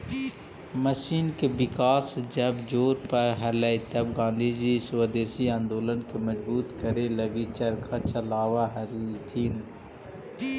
machine के विकास जब जोर पर हलई तब गाँधीजी स्वदेशी आंदोलन के मजबूत करे लगी चरखा चलावऽ हलथिन